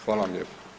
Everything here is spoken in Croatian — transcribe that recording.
Hvala vam lijepo.